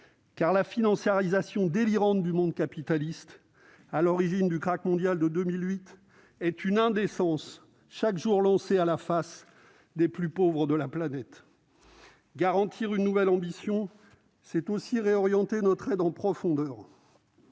Car la financiarisation délirante du monde capitaliste, à l'origine du krach mondial de 2008, est une indécence chaque jour lancée à la face des plus pauvres de la planète. Garantir une nouvelle ambition, c'est aussi réorienter notre aide en profondeur